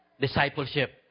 Discipleship